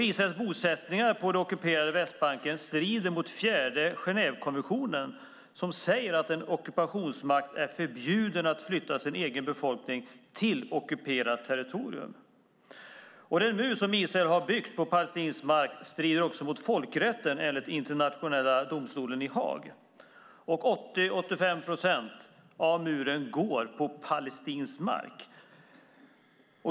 Israels bosättningar på det ockuperade Västbanken strider mot fjärde Genèvekonventionen som säger att en ockupationsmakt är förbjuden att flytta sin egen befolkning till ockuperat territorium. Den mur som Israel har byggt på palestinsk mark strider också mot folkrätten enligt Internationella domstolen i Haag. Det är 80-85 procent av muren som går på palestinsk mark.